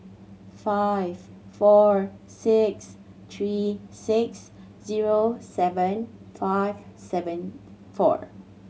five four six three six zero seven five seven four